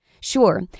Sure